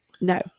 no